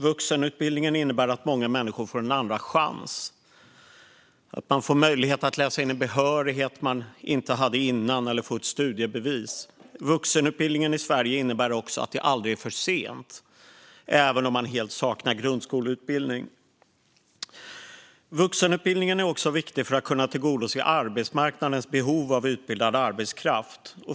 Vuxenutbildningen innebär att många människor får en andra chans, kan läsa in en behörighet man inte hade innan eller kan få ett studiebevis. Vuxenutbildningen i Sverige innebär också att det aldrig är för sent, även om man helt saknar grundskoleutbildning. Vuxenutbildningen är också viktig för att kunna tillgodose arbetsmarknadens behov av utbildad arbetskraft.